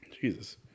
Jesus